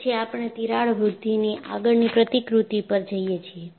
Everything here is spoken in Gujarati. ક્રિપ પછી આપણે તિરાડ વૃદ્ધિની આગળની પ્રતિકૃતિ પર જઈએ છીએ